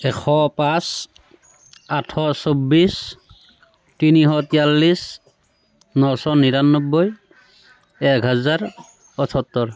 এশ পাঁচ আঠশ চৌবিছ তিনিশ তিয়াল্লিছ নশ নিৰান্নবৈ এক হাজাৰ আঠসত্তৰ